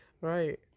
right